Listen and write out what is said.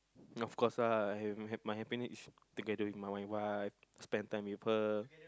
of course ah I have my happiness is together with my wife spend time with her